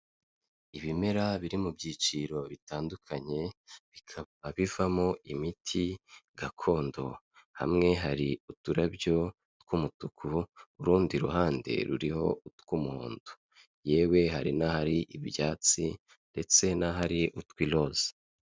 Ibimera biri mu byiciro bitandukanye bikaba bivamo imiti gakondo, hamwe hari uturabyo tw'umutuku, urundi ruhande ruriho utw'umuhondo. Yewe hari n'ahari ibyatsi ndetse n'ahari utw'iroza.